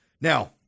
now